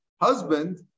husband